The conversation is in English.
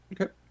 Okay